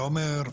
אתה אומר,